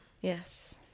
Yes